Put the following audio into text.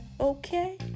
okay